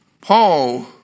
Paul